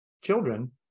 children